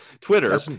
Twitter